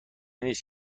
نیس